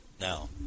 now